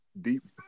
deep